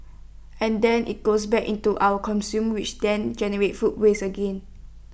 and then IT goes back into our consumers which then generates food waste again